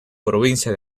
provincia